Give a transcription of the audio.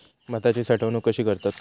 भाताची साठवूनक कशी करतत?